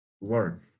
learn